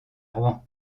rouen